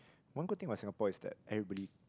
one good thing about Singapore is that everybody